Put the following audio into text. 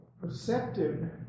perceptive